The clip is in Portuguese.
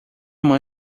mãe